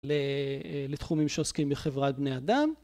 לתחומים שעוסקים בחברת בני אדם.